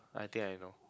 I think I know